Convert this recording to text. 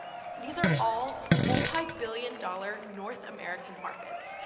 these are all multi-billion dollar north american markets,